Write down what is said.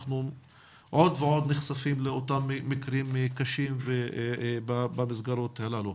אנחנו עד ועוד נחשפים לאותם מקרים קשים במסגרות הללו.